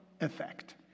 effect